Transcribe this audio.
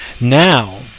now